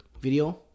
video